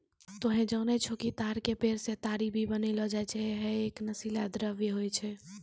तोहं जानै छौ कि ताड़ के पेड़ सॅ ताड़ी भी बनैलो जाय छै, है एक नशीला द्रव्य होय छै